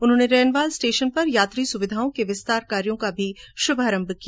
उन्होंने रेनवाल स्टेशन पर यात्री सुविधाओं के विस्तार कार्यों का भी शुभारंभ किया